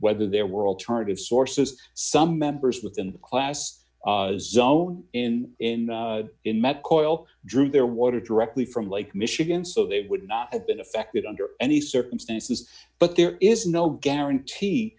whether there were alternative sources some members within the class zone and in inmet coil drew their water directly from lake michigan so they would not have been affected under any circumstances but there is no guarantee